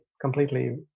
completely